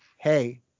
hey